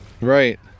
Right